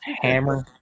hammer